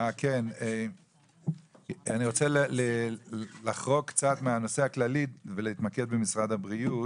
אני רוצה לחרוג קצת מהנושא הכללי ולהתמקד במשרד הבריאות.